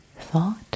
thought